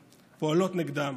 נגדם.